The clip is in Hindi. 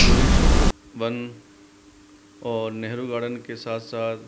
कुरिश वन और नेहरू गार्डन के साथ साथ